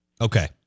Okay